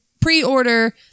pre-order